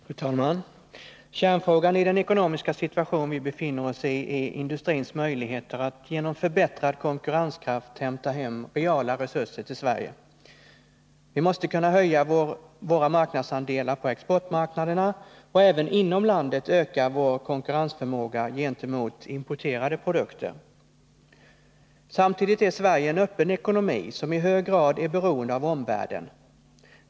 Fru talman! Kärnfrågan i den ekonomiska situation vi befinner oss i är industrins möjligheter att genom förbättrad konkurrenskraft hämta hem reala resurser till Sverige. Vi måste kunna höja våra marknadsandelar på exportmarknaderna, och även inom landet måste vi kunna öka vår konkurrensförmåga gentemot importerade produkter. Samtidigt är Sverige en öppen ekonomi, som i hög grad är beroende av omvärlden.